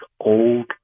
old